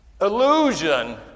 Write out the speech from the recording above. illusion